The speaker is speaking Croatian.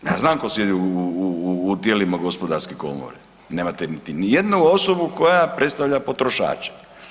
Ja znam tko sjedi u tijelima gospodarske komore, nemate niti ni jednu osobu koja predstavlja potrošače.